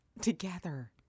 Together